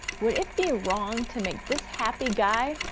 would it be wrong to make this happy guy.